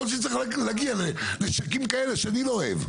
יכול להיות שצריך להגיע לנשקים כאלה שאני לא אוהב.